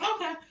Okay